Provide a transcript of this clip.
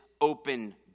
open